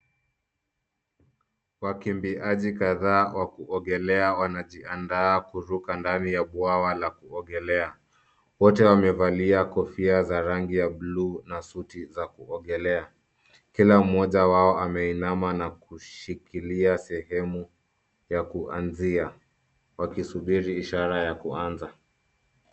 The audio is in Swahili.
Wakimbiaji kadhaa wa kuogelea wanajiandaa kuruka ndani ya bwawa la kuogelea. Wote wamevalia kofia za rangi ya blue na suti za kuogelea. Kila mmoja wao ameinama na kushikilia sehemu ya kuanzia, wakisubiri ishara ya kuanza.